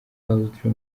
close